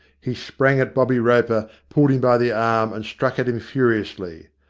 he sprang at bobby roper, pulled him by the arm, and struck at him furiously.